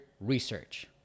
research